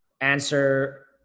answer